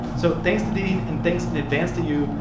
so thanks to dean, and thanks in advance to you.